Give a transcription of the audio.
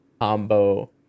combo